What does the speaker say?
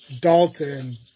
Dalton